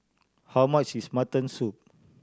how much is mutton soup